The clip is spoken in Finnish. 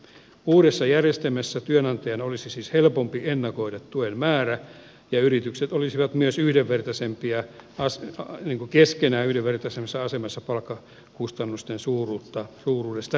uudessa järjestelmässä työnantajan olisi siis helpompi ennakoida tuen määrä ja yritykset olisivat myös keskenään yhdenvertaisemmassa asemassa palkkakustannusten suuruudesta riippumatta